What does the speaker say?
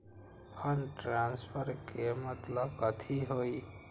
Fund transfer के मतलब कथी होई?